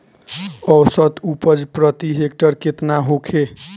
औसत उपज प्रति हेक्टेयर केतना होखे?